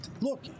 look